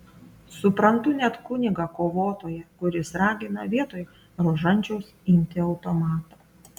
suprantu net kunigą kovotoją kuris ragina vietoj rožančiaus imti automatą